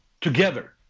together